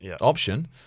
option